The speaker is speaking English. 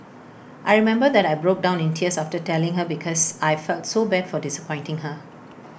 I remember that I broke down in tears after telling her because I felt so bad for disappointing her